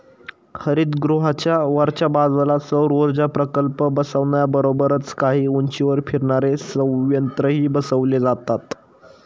हरितगृहाच्या वरच्या बाजूला सौरऊर्जा प्रकल्प बसवण्याबरोबरच काही उंचीवर फिरणारे संयंत्रही बसवले जातात